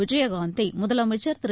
விஜயகாந்தை முதலமைச்சா் திரு